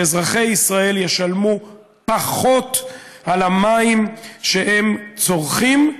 שאזרחי ישראל ישלמו פחות על המים שהם צורכים.